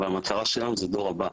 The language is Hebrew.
אבל המטרה שלנו הוא הדור הזה.